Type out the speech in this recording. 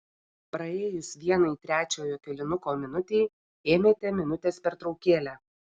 praėjus vienai trečiojo kėlinuko minutei ėmėte minutės pertraukėlę